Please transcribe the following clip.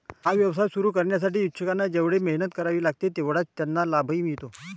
हा व्यवसाय सुरू करण्यासाठी इच्छुकांना जेवढी मेहनत करावी लागते तेवढाच त्यांना लाभही मिळतो